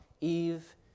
Eve